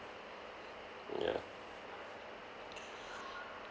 ya